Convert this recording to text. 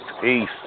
Peace